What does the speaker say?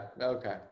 Okay